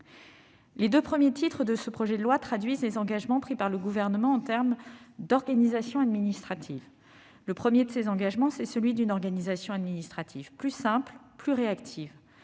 Les deux premiers titres de ce projet de loi traduisent les engagements pris par le Gouvernement en matière d'organisation administrative. Le premier de ces engagements, c'est celui d'une organisation administrative plus simple et plus réactive.